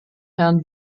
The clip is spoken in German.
herrn